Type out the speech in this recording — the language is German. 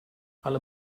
alle